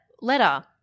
letter